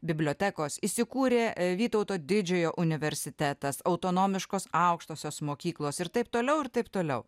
bibliotekos įsikūrė vytauto didžiojo universitetas autonomiškos aukštosios mokyklos ir taip toliau ir taip toliau